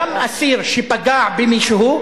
גם אסיר שפגע במישהו,